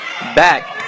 Back